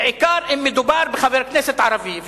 בעיקר אם מדובר בחבר כנסת ערבי.